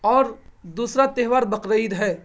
اور دوسرا تہوار بقرہ عید ہے